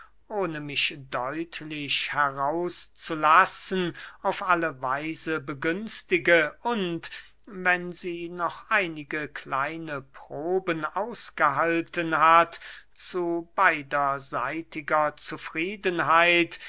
ohne mich deutlich heraus zu lassen auf alle weise begünstige und wenn sie noch einige kleine proben ausgehalten hat zu beiderseitiger zufriedenheit